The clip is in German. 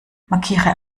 markiere